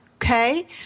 Okay